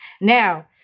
Now